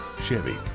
Chevy